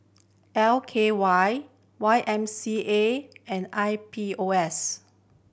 L K Y Y M C A and I P O S